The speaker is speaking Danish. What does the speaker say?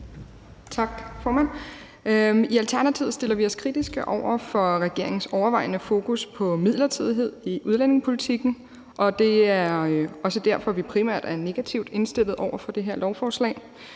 Tak, formand. I Alternativet stiller vi os kritiske over for, at regeringen overvejende har fokus på midlertidighed i udlændingepolitikken. Det er også derfor, vi primært er negativt indstillet over for det her lovforslag.